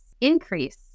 increase